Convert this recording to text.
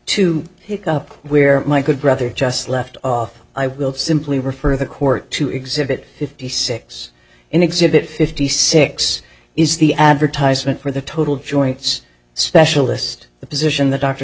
to pick up where my good brother just left off i will simply refer the court to exhibit fifty six in exhibit fifty six is the advertisement for the total joints specialist the position that dr